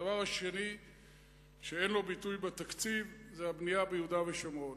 הדבר השני שאין לו ביטוי בתקציב זה הבנייה ביהודה ושומרון.